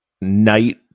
Night